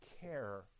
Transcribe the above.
care